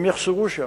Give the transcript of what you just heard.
הם יחצבו שם,